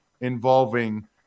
involving